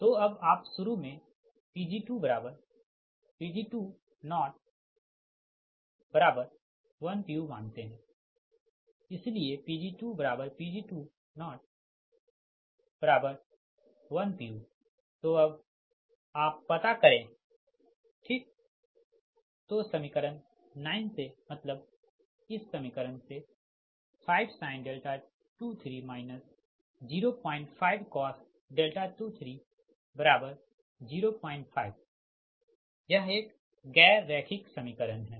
तो अब आप शुरू में Pg2Pg2010 pu मानते है इसलिए Pg2Pg2010 pu तो अब आप पता करें ठीकतोसमीकरण 9 से मतलब इस समीकरण से 5sin 23 05cos 23 05 यह एक गैर रैखिक समीकरण है